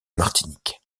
martinique